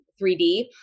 3D